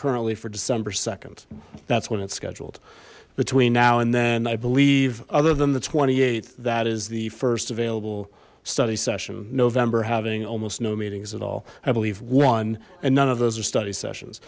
currently for december nd that's when it's scheduled between now and then i believe other than the th that is the first available study session november having almost no meetings at all i believe one and none of those are study sessions